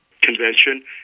convention